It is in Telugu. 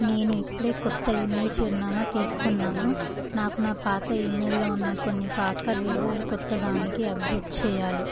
నేను ఇప్పుడే కొత్త ఈమెయిల్ చిరునామా తీసుకున్నాను నాకు నా పాత ఈమెయిల్లో ఉన్న కొన్ని పాస్కార్డ్ వివరాలు కొత్త దానికి అప్డేట్ చెయ్యాలి